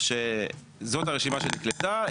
שזאת הרשימה שנקלטה.